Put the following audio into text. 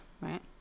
right